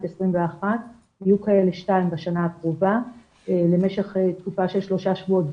2021. יהיו כאלה שתיים בשנה הקרובה למשך תקופה של 3.5 שבועות.